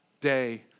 day